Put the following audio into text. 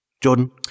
Jordan